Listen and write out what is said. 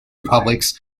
republics